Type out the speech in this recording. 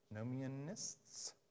Nomianists